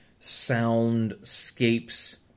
soundscapes